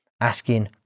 asking